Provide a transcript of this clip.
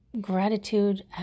gratitude